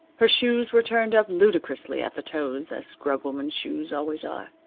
her shoes were turned up ludicrously at the toes, as scrub-women's shoes always are.